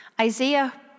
Isaiah